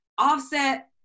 Offset